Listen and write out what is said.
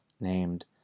named